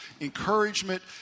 encouragement